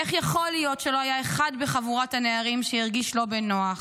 איך יכול להיות שלא היה אחד בחבורת הנערים שהרגיש לא בנוח?